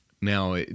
now